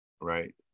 right